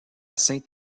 saint